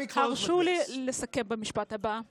חברי כנסת שירצו להגיע לארצות הברית